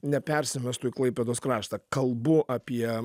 nepersimestų į klaipėdos kraštą kalbu apie